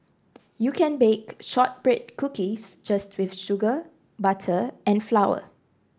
you can bake shortbread cookies just with sugar butter and flour